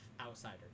outsider